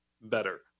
better